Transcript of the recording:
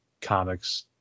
comics